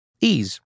Ease